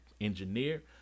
engineer